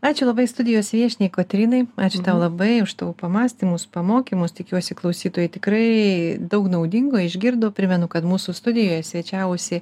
ačiū labai studijos viešniai kotrynai ačiū tau labai už tavo pamąstymus pamokymus tikiuosi klausytojai tikrai daug naudingo išgirdo primenu kad mūsų studijoje svečiavosi